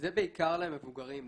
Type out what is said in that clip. זה בעיקר למבוגרים,